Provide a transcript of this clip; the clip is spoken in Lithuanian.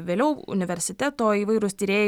vėliau universiteto įvairūs tyrėjai